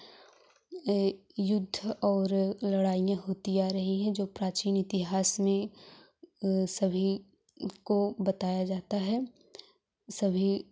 युद्ध और लड़ाईयाँ होती आ रही हैं जो प्राचीन इतिहास में सभी को बताया जाता है सभी